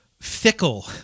fickle